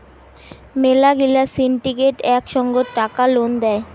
মেলা গিলা সিন্ডিকেট এক সঙ্গত টাকা লোন দেয়